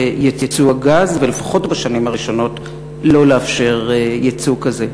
ייצוא הגז ולפחות בשנים הראשונות לא לאפשר ייצוא כזה?